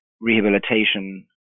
rehabilitation